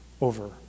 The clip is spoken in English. over